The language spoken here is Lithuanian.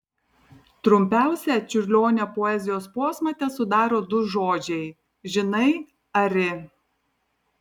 trumpiausią čiurlionio poezijos posmą tesudaro du žodžiai žinai ari